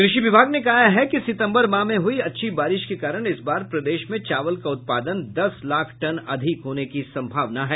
कृषि विभाग ने कहा है कि सितम्बर माह में हुई अच्छी बारिश के कारण इस बार प्रदेश में चावल का उत्पादन दस लाख टन अधिक होने की सम्भावना है